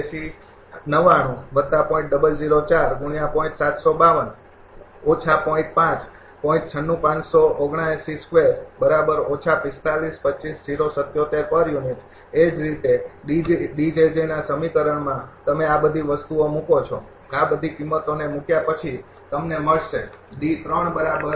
એ જ રીતે ના સમીકરણમાં તમે આ બધી વસ્તુઓ મૂકો છો આ બધી કિંમતોને મૂક્યા પછી તમને મળશે બરાબર